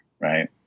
right